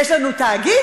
יש לנו תאגיד,